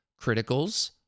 criticals